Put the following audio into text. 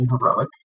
heroic